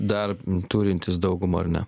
dar turintys daugumą ar ne